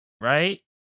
Right